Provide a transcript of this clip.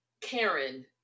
Karen